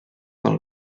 pel